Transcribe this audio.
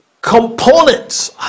components